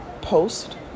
post